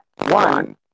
One